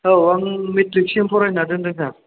औ आं मेट्रिकसिम फरायना दोनदों सार